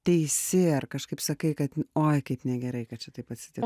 teisi ar kažkaip sakai kad oi kaip negerai kad čia taip atsitiko